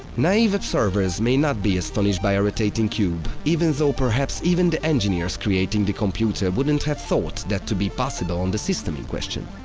naive observers may not be astonished by a rotating cube, even though perhaps even the engineers creating the computer wouldn't have thought that to be possible on the system in question.